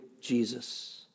Jesus